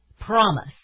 promise